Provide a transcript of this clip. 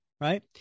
right